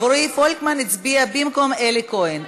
ורועי פולקמן הצביע במקום אלי כהן.